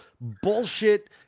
bullshit